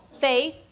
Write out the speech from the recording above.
Faith